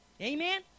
Amen